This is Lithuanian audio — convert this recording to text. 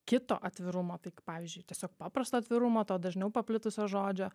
kito atvirumo tai kai pavyzdžiui tiesiog paprasto atvirumo to dažniau paplitusios žodžio